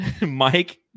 Mike